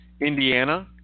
Indiana